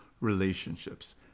relationships